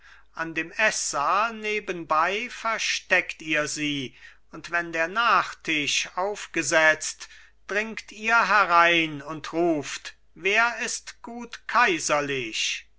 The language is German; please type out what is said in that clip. an dem eßsaal nebenbei versteckt ihr sie und wenn der nachtisch auf gesetzt dringt ihr herein und ruft wer ist gut kaiserlich